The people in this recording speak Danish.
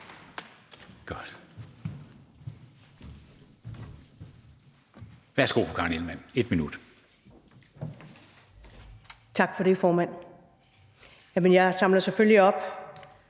minut. Kl. 14:09 Karen Ellemann (V): Tak for det, formand. Jamen jeg samler selvfølgelig op